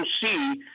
see